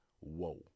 Whoa